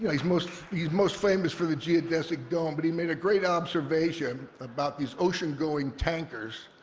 well, he's most he's most famous for the geodesic dome, but he made a great observation about these oceangoing tankers,